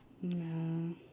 No